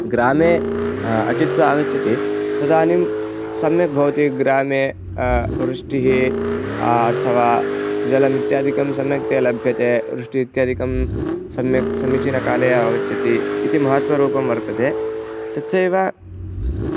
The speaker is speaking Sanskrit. ग्रामे अटित्वा आगच्छति तदानीं सम्यक् भवति ग्रामे वृष्टिः अथवा जलमित्यादिकं सम्यक्तया लभ्यते वृष्टिः इत्यादिकं सम्यक् समीचीनकाले आगच्छति इति महत्त्वरूपं वर्तते तथैव